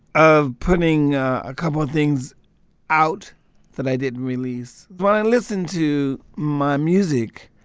of putting a couple of things out that i didn't release when i listen to my music,